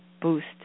boost